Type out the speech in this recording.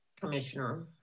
Commissioner